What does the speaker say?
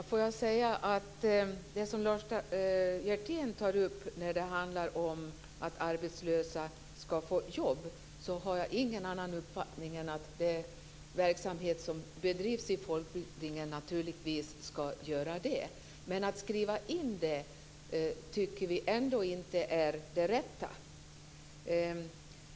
Herr talman! Lars Hjertén tar upp frågan om att arbetslösa skall få jobb. Jag har ingen annan uppfattning än att den verksamhet som bedrivs inom folkbildningen naturligtvis skall ha det som syfte. Men vi tycker ändå inte att det är rätt att skriva in det.